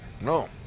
No